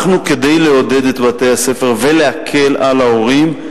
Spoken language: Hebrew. אנחנו, כדי לעודד את בתי-הספר ולהקל על ההורים,